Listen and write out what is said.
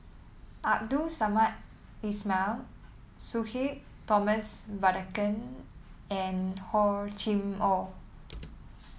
Abdul Samad Ismail Sudhir Thomas Vadaketh and Hor Chim Or